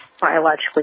biologically